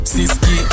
Siski